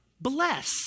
bless